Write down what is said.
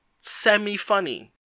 semi-funny